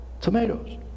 tomatoes